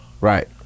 Right